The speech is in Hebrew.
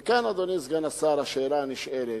וכאן, אדוני סגן השר, השאלה הנשאלת: